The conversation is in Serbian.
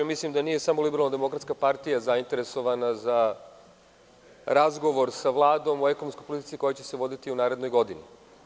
Mislim da nije samo LDP zainteresovana za razgovor sa Vladom o ekonomskoj politici koja će se voditi u narednoj godini.